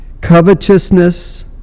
covetousness